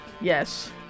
Yes